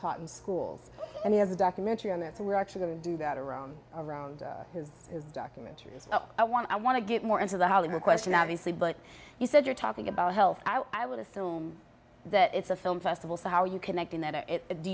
taught in schools and he has a documentary on that so we're actually going to do that around around his his documentaries i want i want to get more into the hollywood question obviously but you said you're talking about health i would assume that it's a film festival so how are you connecting that it do